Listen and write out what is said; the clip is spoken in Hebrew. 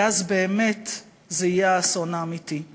כי אז באמת זה יהיה האסון האמיתי לכולנו.